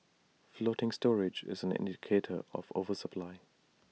floating storage is an indicator of oversupply